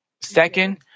Second